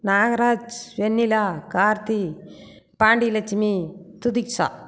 Nagaraj Vennila Karthi Pandiya Lakshmi Thuthiksha